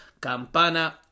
Campana